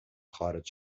خارج